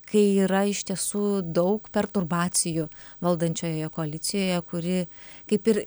kai yra iš tiesų daug perturbacijų valdančiojoje koalicijoje kuri kaip ir